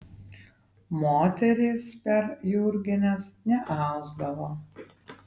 moterys per jurgines neausdavo